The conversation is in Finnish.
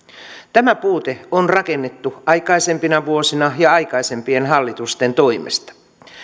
tämä puute on rakennettu aikaisempina vuosina ja aikaisempien hallitusten toimesta